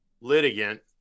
litigant